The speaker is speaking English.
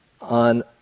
on